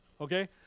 okay